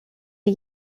for